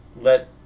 Let